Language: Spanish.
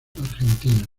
argentinos